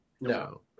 No